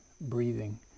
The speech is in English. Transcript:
breathing